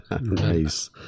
Nice